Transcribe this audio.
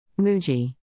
Muji